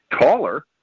taller